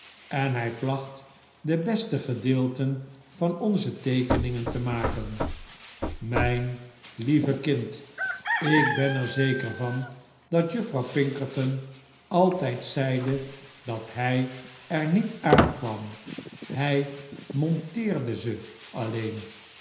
en hij placht de beste gedeelten van onze teekeningen te maken mijn lieve kind ik ben er zeker van dat juffrouw pinkerton altijd zeide dat hij er niet aankwam hij monteerde ze alleen